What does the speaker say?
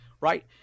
right